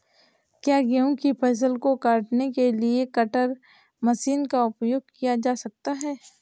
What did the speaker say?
क्या गेहूँ की फसल को काटने के लिए कटर मशीन का उपयोग किया जा सकता है?